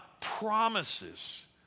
promises